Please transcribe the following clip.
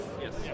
yes